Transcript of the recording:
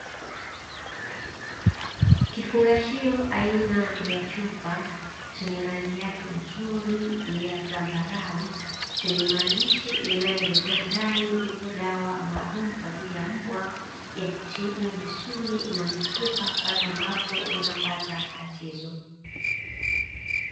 Kifungashio aina ya chupa, chenye rangi yake nzuri ya zambarau chenye maandishi yanayolezea ndani ipo dawa maalumu kwa ajili ya mbwa, ya kutibu misuli na mifupa pale ambapo wanapata tatizo.